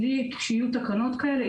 מבלי שיהיו תקנות כאלה,